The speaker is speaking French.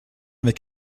avec